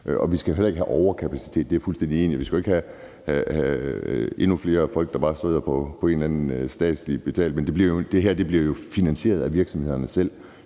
Og vi skal heller ikke have overkapacitet, det er jeg fuldstændig enig i. Vi skal jo ikke have endnu flere folk, der bare sidder på en eller anden statslig betaling. Men det her bliver jo finansieret af virksomhederne selv,